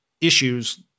issues